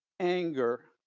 anger,